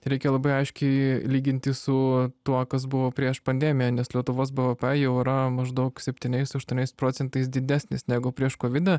reikia labai aiškiai lyginti su tuo kas buvo prieš pandemiją nes lietuvos bvp jau yra maždaug septyniais aštuoniais procentais didesnis negu prieš kovidą